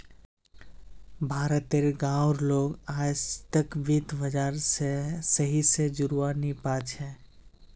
भारत तेर गांव उर लोग आजतक वित्त बाजार से सही से जुड़ा वा नहीं पा छे